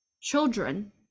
children